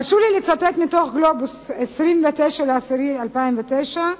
הרשו לי לצטט מ"גלובס", מ-29 באוקטובר 2009: